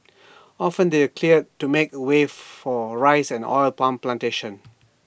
often they were cleared to make way for rice and oil palm Plantations